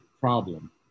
problem